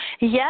Yes